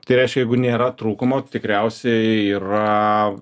tai reiškia jeigu nėra trūkumo tikriausiai yra